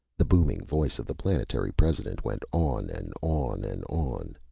the booming voice of the planetary president went on and on and on.